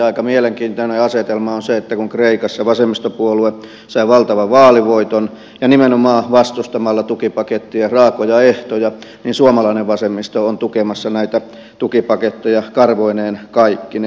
aika mielenkiintoinen asetelma on se että kun kreikassa vasemmistopuolue sai valtavan vaalivoiton ja nimenomaan vastustamalla tukipakettien raakoja ehtoja niin suomalainen vasemmisto on tukemassa näitä tukipaketteja karvoineen kaikkineen